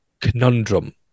conundrum